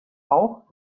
auch